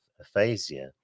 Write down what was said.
aphasia